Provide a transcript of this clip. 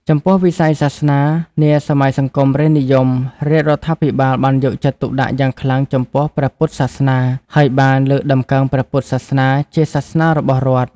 ចំពោះ វិស័យសាសនា នាសម័យសង្គមរាស្ត្រនិយម រាជរដ្ឋាភិបាលបានយកចិត្តទុកដាក់យ៉ាងខ្លាំងចំពោះព្រះពុទ្ធសាសនា ហើយបាន លើកតម្កើងព្រះពុទ្ធសាសនាជាសាសនារបស់រដ្ឋ។